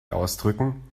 ausdrücken